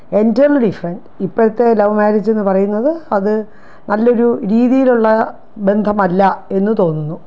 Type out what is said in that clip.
entirely different ഇപ്പോഴത്തെ love മാരേജെന്നു പറയുന്നത് അതു നല്ലൊരു രീതിയിലുള്ള ബന്ധമല്ല എന്നു തോന്നുന്നു